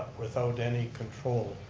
without any control.